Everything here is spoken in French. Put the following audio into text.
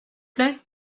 plait